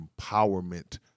empowerment